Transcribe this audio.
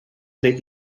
may